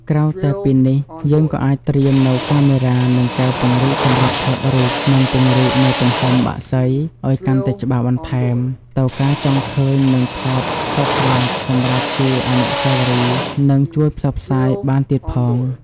ក្រៅតែពីនេះយើងក៏អាចត្រៀមនៅកាមេរ៉ា និងកែវពង្រីកសម្រាប់ថតរូបនិងពង្រីកនៅទំហំបក្សីឲ្យកាន់តែច្បាស់បន្ថែមទៅការចង់ឃើញនិងថតសត្វស្លាប់សម្រាប់ជាអនុស្សាវរីយ៍និងជួយផ្សព្វផ្សាយបានទៀតផង។